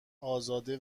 ازاده